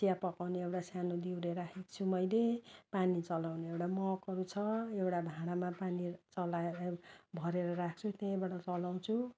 चिया पकाउने एउटा सानो दिउरे राखेको छु मैले पानी चलाउने एउटा मगहरू छ एउटा भाँडामा पानी चलाए भरेर राख्छु त्यहीँबाट चलाउँछु